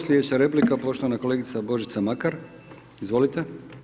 Slijedeća replika poštovana kolegica Božica Makar, izvolite.